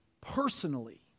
personally